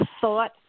thought